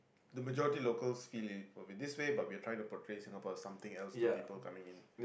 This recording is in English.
the majority locals feel it but this way but we are trying to portray Singapore something else to people coming in